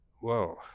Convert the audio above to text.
whoa